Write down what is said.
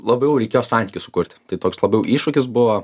labiau reikėjo santykį sukurti tai toks labiau iššūkis buvo